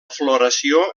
floració